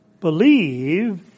believe